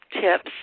tips